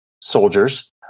soldiers